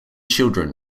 children